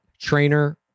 Trainer